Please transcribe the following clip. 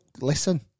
listen